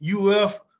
UF